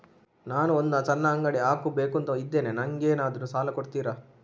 ನಾನು ಒಂದು ಸಣ್ಣ ಅಂಗಡಿ ಹಾಕಬೇಕುಂತ ಇದ್ದೇನೆ ನಂಗೇನಾದ್ರು ಸಾಲ ಕೊಡ್ತೀರಾ?